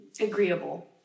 agreeable